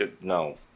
no